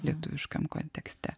lietuviškam kontekste